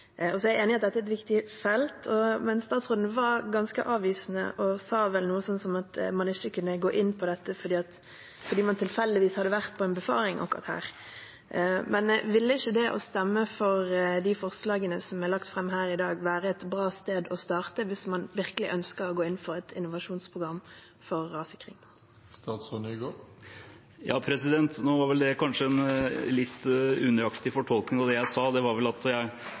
er enig i at dette er et viktig felt, men statsråden var ganske avvisende og sa vel noe sånn som at man ikke kunne gå inn på dette fordi man tilfeldigvis hadde vært på en befaring akkurat der. Men ville ikke å stemme for de forslagene som er lagt fram her i dag, være et bra sted å starte hvis man virkelig ønsker å gå inn for et innovasjonsprogram for rassikring? Det er kanskje en litt unøyaktig fortolkning av hva jeg sa. Det var vel